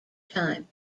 time